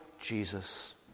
Jesus